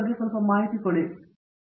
ಅನಂತ ಸುಬ್ರಹ್ಮಣ್ಯನ್ ತುಂಬಾ